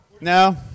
No